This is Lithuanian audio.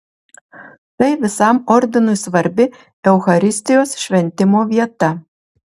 tai visam ordinui svarbi eucharistijos šventimo vieta